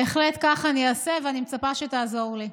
בהחלט, כך אעשה, ואני מצפה שתעזור לי.